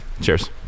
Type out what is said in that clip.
Cheers